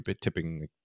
tipping